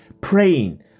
praying